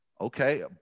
Okay